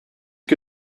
que